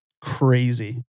crazy